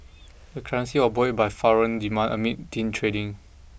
the currency was buoyed by foreign demand amid thin trading